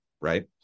right